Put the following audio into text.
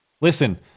Listen